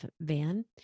Van